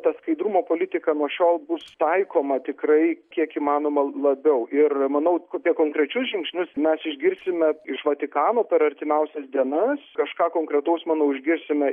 ta skaidrumo politika nuo šiol bus taikoma tikrai kiek įmanoma labiau ir manau su kokiai konkrečius žingsnius mes išgirsime iš vatikano per artimiausias dienas kažką konkretaus manau išgirsime